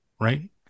right